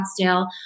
Scottsdale